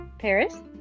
Paris